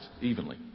evenly